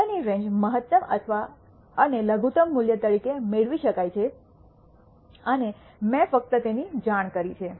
ડેટાની રેન્જ મહત્તમ અને લઘુત્તમ મૂલ્ય તરીકે મેળવી શકાય છે અને મેં ફક્ત તેની જાણ કરી છે